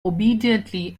obediently